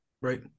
Right